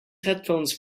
headphones